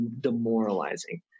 demoralizing